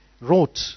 wrote